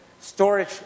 storage